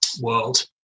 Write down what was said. world